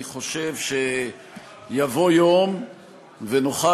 אני חושב שיבוא יום ונוכל,